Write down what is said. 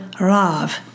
rav